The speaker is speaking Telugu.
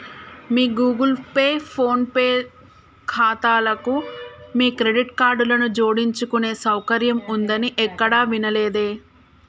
మీ గూగుల్ పే లేదా ఫోన్ పే ఖాతాలకు మీ క్రెడిట్ కార్డులను జోడించుకునే సౌకర్యం ఉందని ఎక్కడా వినలేదే